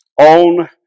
on